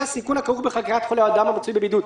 הסיכון הכרוך בחקירת חולה או אדם המצוי בבידוד.